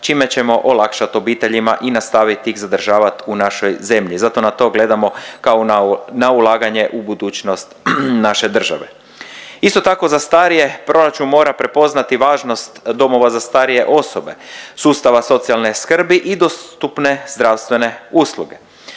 čime ćemo olakšat obiteljima i nastavit ih zadržavat u našoj zemlji. Zato na to gledamo kao na ulaganje u budućnost naše države. Isto tako za starije, proračun mora prepoznati važnost Domova za starije osobe, sustava socijalne skrbi i dostupne zdravstvene usluge.